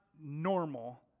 normal